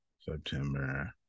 September